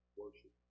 worship